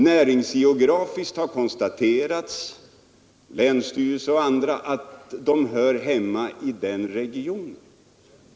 Näringsgeografiskt har konstaterats av länsstyrelsen och andra att Alfta hör hemma i den regionen.